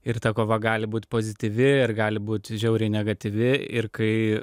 ir ta kova gali būti pozityvi ar gali būti žiauriai negatyvi ir kai